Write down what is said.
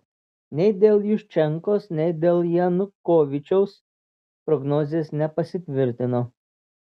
nei dėl juščenkos nei dėl janukovyčiaus prognozės nepasitvirtino